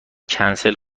کنسل